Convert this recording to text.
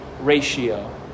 ratio